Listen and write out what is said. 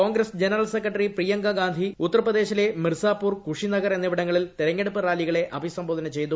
Congress general secretary Priyanka Gandhi ഉത്തർപ്രദേശിലെ മിർസാപൂർ കുഷിനഗർ എന്നിവിടങ്ങളിൽ തെരഞ്ഞെടുപ്പ് റാലികളെ അഭിസംബോധന ചെയ്തു